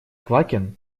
квакин